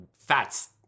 fats